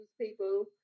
people